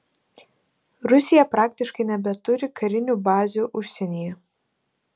rusija praktiškai nebeturi karinių bazių užsienyje